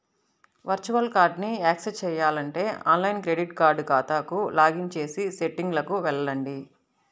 virtual కార్డ్ని access చేయాలంటే online credit card ఖాతాకు లాగిన్ చేసి సెట్టింగ్లకు వెళ్లండి